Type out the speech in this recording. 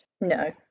no